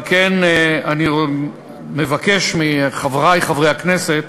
על כן אני מבקש מחברי חברי הכנסת